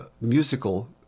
musical